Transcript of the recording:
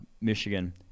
Michigan